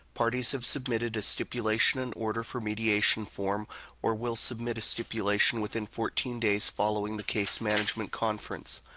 parties have submitted a stipulation and order for mediation form or will submit a stipulation within fourteen days following the case management conference.